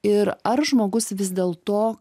ir ar žmogus vis dėlto